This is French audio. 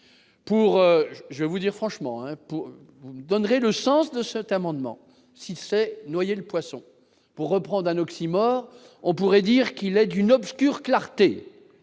je vous dire franchement un peu donnerait le sens de cette amendement c'est noyer le poisson, pour reprendre un oxymore, on pourrait dire qu'il est d'une obscure clarté